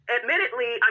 Admittedly